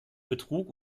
betrug